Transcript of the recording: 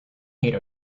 hate